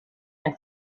and